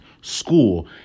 school